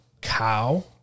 Cow